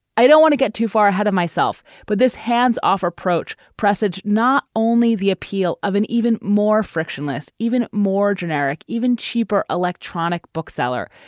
i don't want to get too far ahead of myself, but this hands off approach precis not only the appeal of an even more frictionless, even more generic, even cheaper electronic bookseller.